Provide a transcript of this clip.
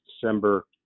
December